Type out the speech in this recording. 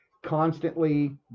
constantly